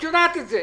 את יודעת את זה,